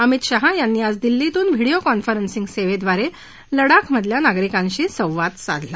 अमित शहा यांनी आज दिल्लीतून व्हिडीओ कॉन्फरसिंग सेवेद्वारे लडाखमधल्या नागरिकांशी संवाद साधला